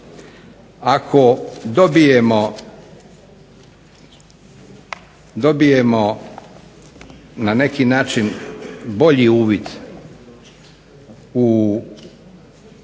Ako dobijemo na neki način bolji uvid u